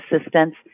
assistance